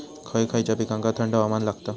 खय खयच्या पिकांका थंड हवामान लागतं?